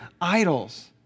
idols